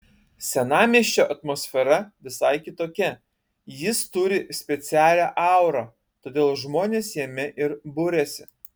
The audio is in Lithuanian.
senamiesčio atmosfera visai kitokia jis turi specialią aurą todėl žmonės jame ir buriasi